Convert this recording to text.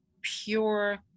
pure